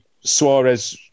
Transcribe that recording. Suarez